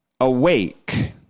awake